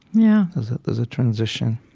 yeah there's ah there's a transition